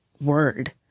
word